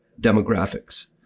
demographics